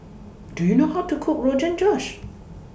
Do YOU know How to Cook Rogan Josh